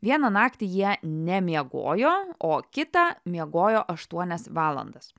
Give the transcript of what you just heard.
vieną naktį jie nemiegojo o kitą miegojo aštuonias valandas